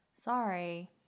sorry